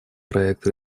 проект